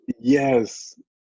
Yes